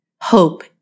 hope